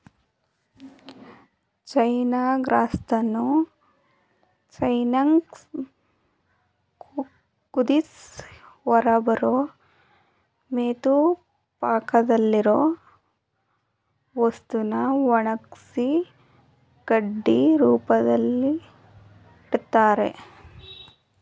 ಚೈನ ಗ್ರಾಸನ್ನು ಚೆನ್ನಾಗ್ ಕುದ್ಸಿ ಹೊರಬರೋ ಮೆತುಪಾಕದಂತಿರೊ ವಸ್ತುನ ಒಣಗ್ಸಿ ಕಡ್ಡಿ ರೂಪ್ದಲ್ಲಿಡ್ತರೆ